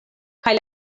kaj